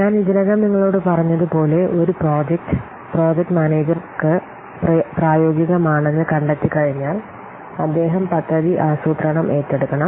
ഞാൻ ഇതിനകം നിങ്ങളോട് പറഞ്ഞതുപോലെ ഒരു പ്രോജക്റ്റ് പ്രോജക്റ്റ് മാനേജർക്ക് പ്രായോഗികമാണെന്ന് കണ്ടെത്തിക്കഴിഞ്ഞാൽ അദ്ദേഹം പദ്ധതി ആസൂത്രണം ഏറ്റെടുക്കണം